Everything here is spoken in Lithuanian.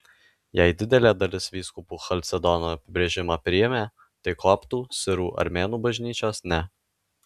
jei didelė dalis vyskupų chalcedono apibrėžimą priėmė tai koptų sirų armėnų bažnyčios ne